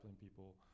people